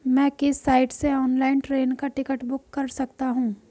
मैं किस साइट से ऑनलाइन ट्रेन का टिकट बुक कर सकता हूँ?